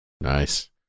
Nice